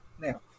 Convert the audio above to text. now